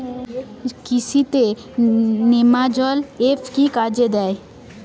কৃষি তে নেমাজল এফ কি কাজে দেয়?